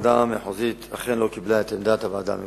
הוועדה המחוזית אכן לא קיבלה את עמדת הוועדה המקומית,